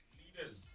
leaders